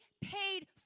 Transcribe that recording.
paid